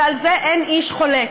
ועל זה אין איש חולק.